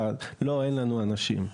לא אין לנו אנשים,